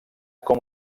com